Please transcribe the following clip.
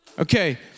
Okay